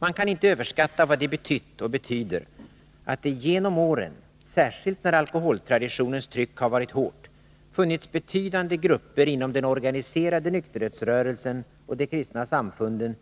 Man kan inte överskatta vad det betytt och betyder att det genom åren — särskilt när alkoholtraditionens tryck varit hårt — funnits betydande grupper inom den organiserade nykterhetsrörelsen och de kristna samfunden